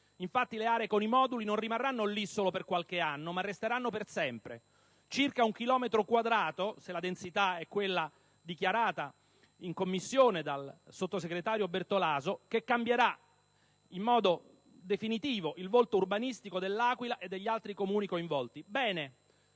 Infatti, le aree con i moduli non rimarranno lì solo per qualche anno, ma resteranno per sempre: si tratta di una zona di circa un chilometro quadrato (se la densità è quella dichiarata in Commissione dal sottosegretario Bertolaso), che cambierà in modo definitivo il volto urbanistico dell'Aquila e degli altri Comuni coinvolti.